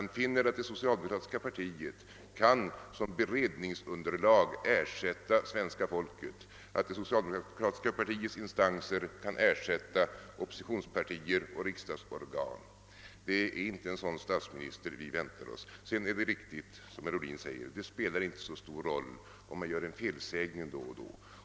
Han finner att det socialdemokratiska partiet kan som beredningsunderlag ersätta svenska folket, att det socialdemokratiska partiets instanser kan ersätta oppositionspartier och riksdagsorgan. Det är inte en sådan statsminister vi väntar oss. Det är riktigt som herr Ohlin säger att det inte spelar så stor roll om man gör en felsägning då och då.